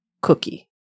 cookie